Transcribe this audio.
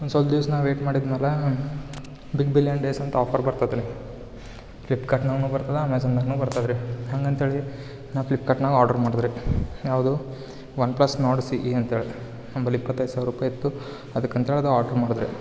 ಒಂದು ಸ್ವಲ್ಪ್ ದಿವ್ಸ ನಾ ವೇಟ್ ಮಾಡಿದ ಮೇಲೆ ಬಿಗ್ ಬಿಲಿಯನ್ ಡೇಸ್ ಅಂತ ಆಫರ್ ಬರ್ತದೆ ರೀ ಫ್ಲಿಪ್ಕಾರ್ಟ್ನಾಗು ಬರ್ತದ ಅಮೆಝನಾಗು ಬರ್ತದ ರೀ ಹಂಗಂತ ಹೇಳಿ ನಾ ಫ್ಲಿಪ್ಕಾರ್ಟ್ನಾಗ್ ಆರ್ಡರ್ ಮಾಡ್ದೆ ರೀ ಯಾವುದು one plus Nord C E ಅಂತೇಳಿ ನನ್ನ ಬಳಿ ಇಪ್ಪತ್ತೈದು ಸಾವಿರ ರುಪಾಯ್ ಇತ್ತು ಅದಕ್ಕೆ ಅಂದೇಳ್ದ ಆರ್ಡ್ರ್ ಮಾಡ್ದೆ ರೀ